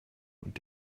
und